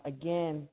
again